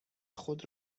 خود